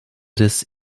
des